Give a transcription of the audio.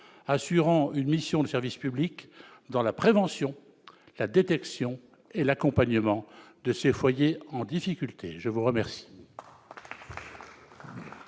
assurant une mission de service public dans la prévention, la détection et l'accompagnement de ces foyers en difficulté ? La parole